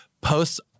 posts